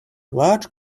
large